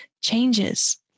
changes